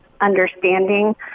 understanding